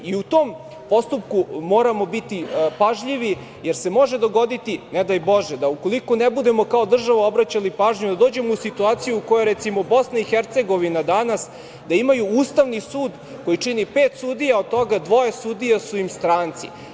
U tom postupku moramo biti pažljivi jer se može dogoditi, ne daj Bože, da ukoliko ne budemo kao država obraćali pažnju, da dođemo u situaciju u kojoj je, recimo, BiH danas, da imaju ustavni sud koji čini pet sudija, od toga dvoje sudija su im stranci.